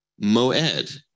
moed